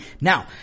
Now